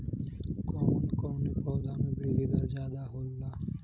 कवन कवने पौधा में वृद्धि दर ज्यादा होला?